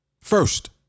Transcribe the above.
First